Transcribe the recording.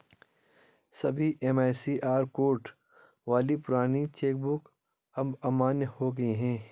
सभी MICR code वाली पुरानी चेक बुक अब अमान्य हो गयी है